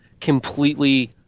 completely